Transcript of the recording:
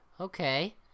okay